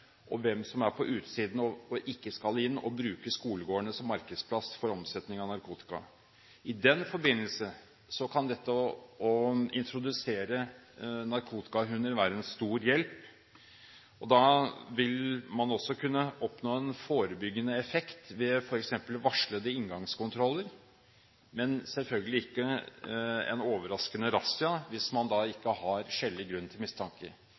og hvem som er på utsiden, og som ikke skal inn og bruke skolegårdene som markedsplass for omsetning av narkotika. I den forbindelse kan det å introdusere narkotikahunder være en stor hjelp. Da vil man også kunne oppnå en forebyggende effekt, ved f.eks. varslede inngangskontroller, men selvfølgelig ikke en overraskende razzia – hvis man da ikke har skjellig grunn til mistanke.